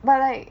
but like